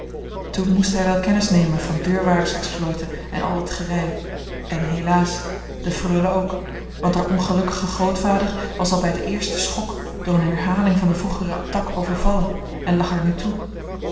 toen moest hij wel kennis nemen van deurwaardersexploiten en al dat gerei en helaas de freule ook want haar ongelukkige grootvader was al bij den eersten schok door eene herhaling van de vroegere attaque overvallen en lag er nu toe